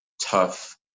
tough